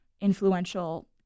influential